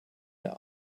der